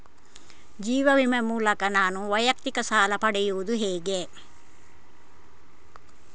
ಜೀವ ವಿಮೆ ಮೂಲಕ ನಾನು ವೈಯಕ್ತಿಕ ಸಾಲ ಪಡೆಯುದು ಹೇಗೆ?